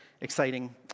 exciting